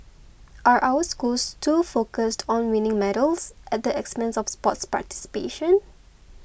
are our schools too focused on winning medals at the expense of sports participation